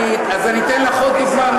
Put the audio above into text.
אז אני אתן לך עוד דוגמה,